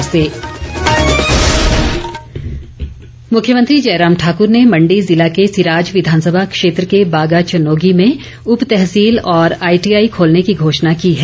मुख्यमंत्री मुख्यमंत्री जयराम ठाकुर ने मण्डी ज़िला के सिराज विधानसभा क्षेत्र के बागाचनोगी में उप तहसील और आईटीआई खोलने की घोषणा की है